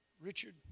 Richard